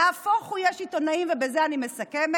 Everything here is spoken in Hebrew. נהפוך הוא, יש עיתונים, ובזה אני מסכמת,